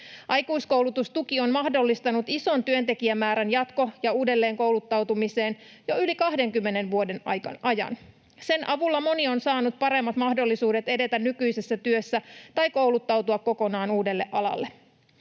Aikuiskoulutustuki on mahdollistanut ison työntekijämäärän jatko- ja uudelleenkouluttautumisen jo yli 20 vuoden ajan. Sen avulla moni on saanut paremmat mahdollisuudet edetä nykyisessä työssä tai kouluttautua kokonaan uudelle alalle.